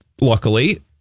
Luckily